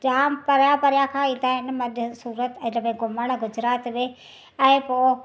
जाम परियां परियां खां ईंदा आहिनि मध्य सूरत हिन में घुमणु गुजरात में